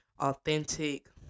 authentic